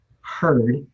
heard